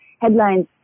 headlines